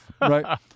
Right